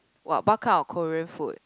what what kind of Korean food